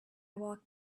walked